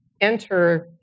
enter